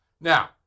Now